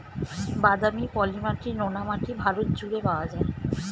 বাদামি, পলি মাটি, নোনা মাটি ভারত জুড়ে পাওয়া যায়